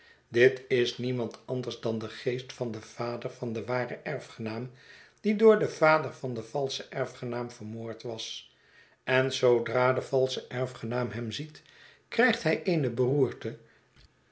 dit is niemand anders dan de geest van den vader van den waren erfgenaam die door den vader van den valschen erfgenaam vermoord was en zoodra de valsche erfgenaam hem ziet krijgt hij eene beroerte